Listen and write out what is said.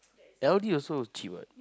L D also cheap what